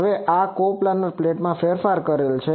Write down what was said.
હવે આ કોપ્લાનર પ્લેટમાં ફેરફાર થયેલ છે